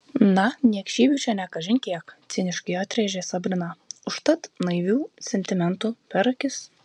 na niekšybių čia ne kažin kiek ciniškai atrėžė sabrina užtat naivių sentimentų per akis